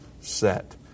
set